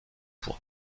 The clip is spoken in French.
pour